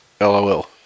LOL